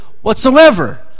whatsoever